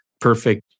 perfect